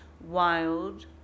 wild